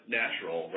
natural